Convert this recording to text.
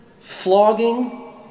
flogging